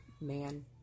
man